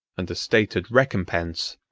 and a stated recompense,